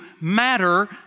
matter